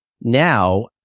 now